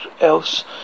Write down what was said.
else